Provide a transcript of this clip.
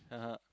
(uh huh)